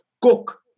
cook